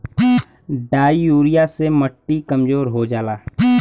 di urea से मट्टी कमजोर हो जाला